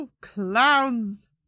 Clowns